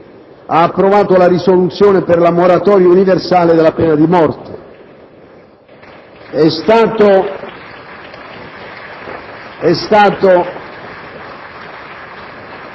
ha approvato la risoluzione per la moratoria universale della pena di morte. *(Generali